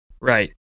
Right